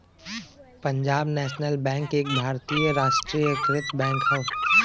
Punjab national bank एक भारतीय राष्ट्रीयकृत बैंक हौ